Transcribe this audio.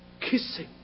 kissing